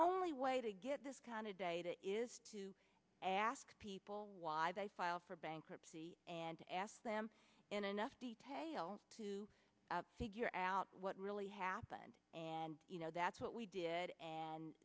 only way to get this kind of data is to ask people why they file for bankruptcy and ask them in enough detail to figure out what really happened and that's what we did and